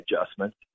adjustments